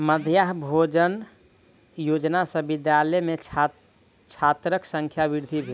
मध्याह्न भोजन योजना सॅ विद्यालय में छात्रक संख्या वृद्धि भेल